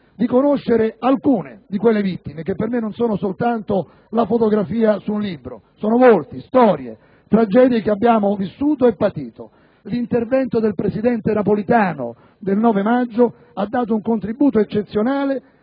di conoscere alcune di quelle vittime che per me non sono solo delle foto su un libro: sono volti, storie, tragedie che abbiamo vissuto e patito. Ebbene, l'intervento del presidente Napolitano del 9 maggio ha dato un contributo eccezionale